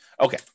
Okay